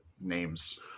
names